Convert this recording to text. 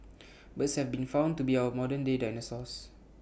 birds have been found to be our modernday dinosaurs